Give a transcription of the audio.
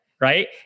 right